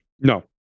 No